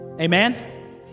Amen